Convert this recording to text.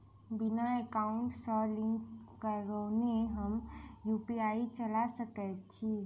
बिना एकाउंट सँ लिंक करौने हम यु.पी.आई चला सकैत छी?